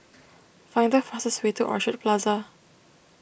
find the fastest way to Orchard Plaza